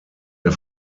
der